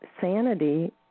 sanity